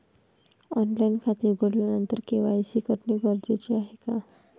Online खाते उघडल्यानंतर KYC करणे गरजेचे आहे का?